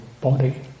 body